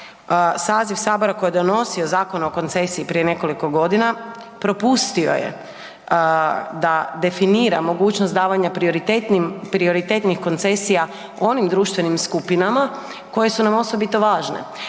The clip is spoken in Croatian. saziv sabora koji je donosio Zakon o koncesiji prije nekoliko godina propustio je da definira mogućnost davanja prioritetnim, prioritetnih koncesija onim društvenim skupinama koje su nam osobito važne.